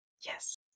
Yes